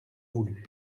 voulut